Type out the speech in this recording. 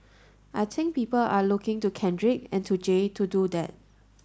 I think people are looking to Kendrick and to Jay to do that